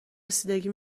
رسیدگی